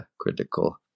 critical